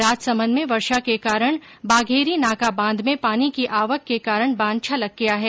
राजसमंद में वर्षा के कारण बाघेरीनाका बांध में पानी की आवक के कारण बांध छलक गया है